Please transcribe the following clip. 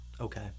Okay